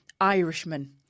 Irishman